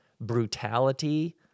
brutality